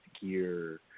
gear